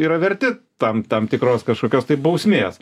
yra verti tam tam tikros kažkokios tai bausmės